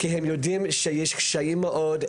כי הם יודעים שיש קשיים מאוד,